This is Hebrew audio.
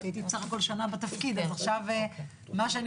הייתי בסך הכל שנה בתפקיד אז עכשיו מה שאני